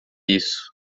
isso